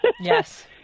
Yes